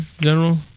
general